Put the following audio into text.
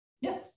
Yes